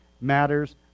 matters